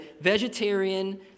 vegetarian